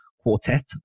quartet